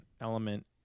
element